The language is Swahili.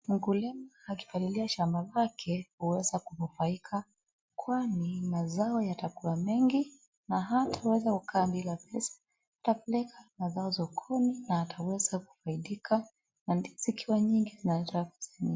Mkulima akipalilia shamba lake huweza kunufaika, kwani mazao yatakuwa mengi na hataweza kukaa bila pesa. Atapeleka anazo kumi anateweza kusaidika na ndizi zikiwa nyingi na ataweza...[.]